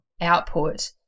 output